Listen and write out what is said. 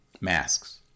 masks